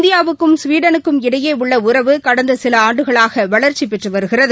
இந்தியாவுக்கம் ஸ்வீடனுக்கும் இடையேஉள்ளஉறவு கடந்தசிலஆண்டுகளாகவளர்ச்சிபெற்றுவருகிறது